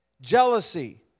Jealousy